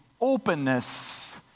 openness